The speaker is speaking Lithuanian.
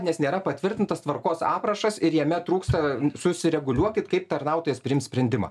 nes nėra patvirtintas tvarkos aprašas ir jame trūksta susireguliuokit kaip tarnautojas priims sprendimą